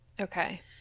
Okay